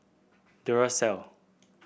duracell